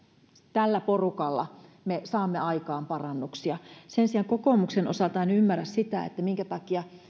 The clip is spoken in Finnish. tällä porukalla me saamme aikaan parannuksia sen sijaan kokoomuksen osalta en ymmärrä sitä minkä takia